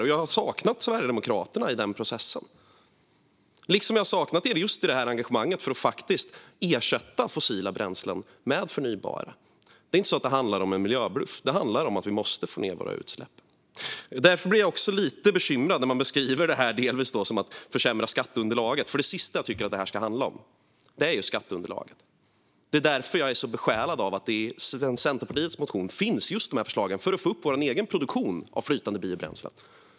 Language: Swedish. I den processen har jag saknat Sverigedemokraterna, liksom jag har saknat er i engagemanget för att ersätta fossila bränslen med förnybara. Det handlar inte om en miljöbluff; det handlar om att vi måste få ned våra utsläpp. Därför blir jag också lite bekymrad när detta delvis beskrivs som att man försämrar skatteunderlaget, för det sista jag tycker att det här ska handla om är skatteunderlag. Det är därför jag är så besjälad av att det i Centerpartiets motion finns förslag för att få upp vår egen produktion av flytande biobränslen.